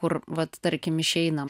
kur vat tarkim išeinam